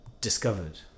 discovered